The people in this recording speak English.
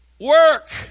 Work